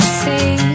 see